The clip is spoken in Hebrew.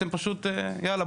אתם פשוט יאללה,